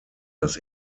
das